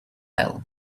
aisle